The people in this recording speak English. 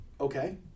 okay